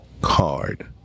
card